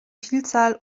vielzahl